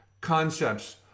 concepts